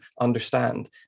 understand